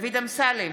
דוד אמסלם,